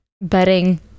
bedding